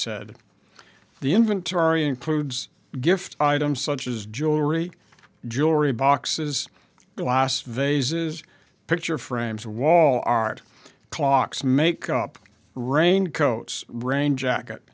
said the inventory includes gift items such as jewelry jewelry boxes glass vases picture frames wall art clocks makeup raincoats brain jacket